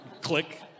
Click